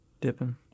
Dipping